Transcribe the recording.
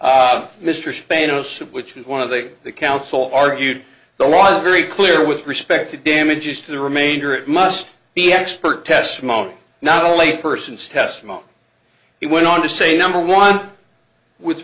of which one of the council argued the law is very clear with respect to damages to the remainder it must be expert testimony not only person's testimony he went on to say number one with